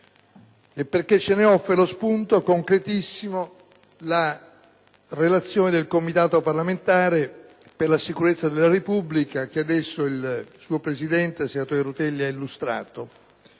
è perché ce ne offre lo spunto concretissimo la relazione del Comitato parlamentare per la sicurezza della Repubblica che il suo Presidente, senatore Rutelli, ci ha illustrato